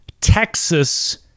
Texas